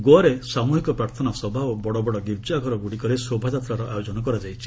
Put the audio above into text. ଗୋଆରେ ସାମୁହିକ ପ୍ରାର୍ଥନା ସଭା ଓ ବଡ ବଡ ଗୀର୍ଜାଘରଗୁଡ଼ିକରେ ଶୋଭାଯାତ୍ରାର ଆୟୋଜନ କରାଯାଇଛି